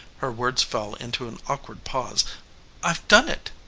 her words fell into an awkward pause i've done it.